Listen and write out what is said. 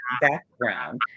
background